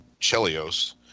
Chelios